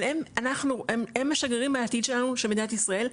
אבל הם השגרירים לעתיד שלנו של מדינת ישראל,